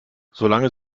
solange